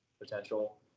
potential